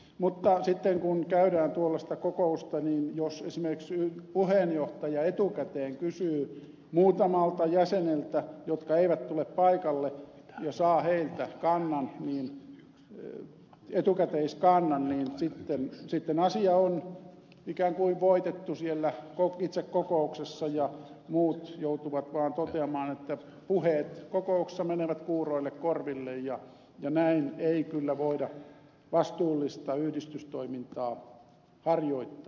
mutta sitten kun käydään tuollaista kokousta niin jos esimerkiksi puheenjohtaja etukäteen kysyy muutamalta jäseneltä jotka eivät tule paikalle ja saa heiltä etukäteiskannan niin sitten asia on ikään kuin voitettu siellä itse kokouksessa ja muut joutuvat vaan toteamaan että puheet kokouksessa menevät kuuroille korville ja näin ei kyllä voida vastuullista yhdistystoimintaa harjoittaa